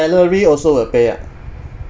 salary also will pay ah